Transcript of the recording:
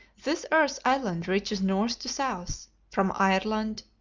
this earth-island reaches north to south, from ireland,